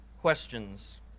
questions